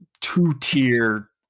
two-tier